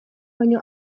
baino